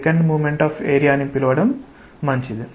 second moment of area అని పిలవడం మంచిది